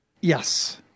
yes